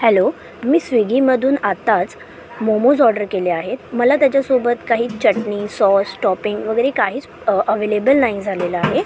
hello मी स्विगीमधून आताच मोमोज ऑर्डर केले आहेत मला त्याच्यासोबत काही चटणी सॉस टॉपिंग वगैरे काहीच अवेलेबेल नाही झालेलं आहे